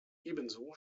ebenso